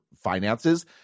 finances